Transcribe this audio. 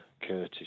Curtis